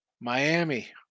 Miami